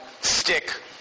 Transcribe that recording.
stick